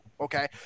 Okay